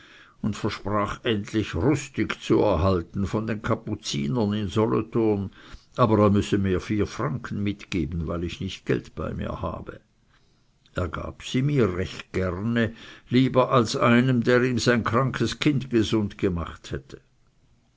und versprach endlich rustig zu erhalten von den kapuzinern in solothurn aber er müsse mir vier franken mitgeben weil ich nicht geld bei mir habe er gab mir sie recht gerne lieber als einem der ihm sein krankes kind gesund gemacht hätte